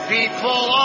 People